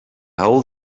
whole